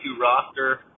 roster